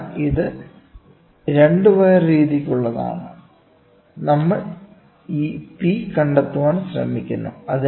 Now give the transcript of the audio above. അതിനാൽ ഇത് 2 വയർ രീതിയ്ക്കുള്ളതാണ് നമ്മൾ ഈ P കണ്ടെത്താൻ ശ്രമിക്കുന്നു